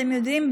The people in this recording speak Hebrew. אתם יודעים,